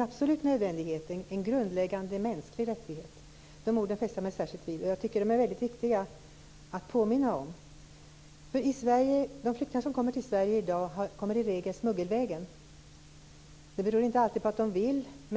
absolut nödvändighet, en grundläggande mänsklig rättighet. De orden fäste jag mig särskilt vid och de är väldigt viktiga att påminna om. De flyktingar som kommer till Sverige i dag kommer i regel smuggelvägen. Det beror inte på att de alltid vill det.